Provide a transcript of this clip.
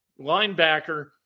linebacker